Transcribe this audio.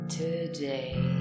today